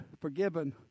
forgiven